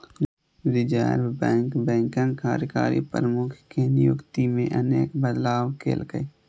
reserve bank बैंकक कार्यकारी प्रमुख के नियुक्ति मे अनेक बदलाव केलकै